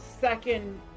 second